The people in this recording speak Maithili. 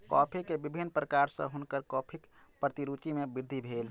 कॉफ़ी के विभिन्न प्रकार सॅ हुनकर कॉफ़ीक प्रति रूचि मे वृद्धि भेल